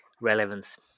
relevance